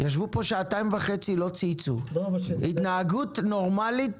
ישבו פה שעתיים וחצי, לא צייצו, התנהגות נורמלית,